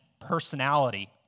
personality